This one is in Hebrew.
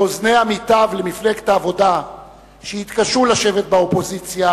באוזני עמיתיו למפלגת העבודה שהתקשו לשבת באופוזיציה